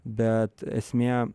bet esmė